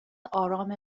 آرام